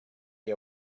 see